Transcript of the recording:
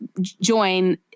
join